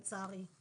לצערי.